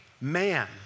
man